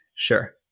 Sure